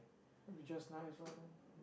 will be just nice ah then